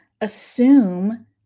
assume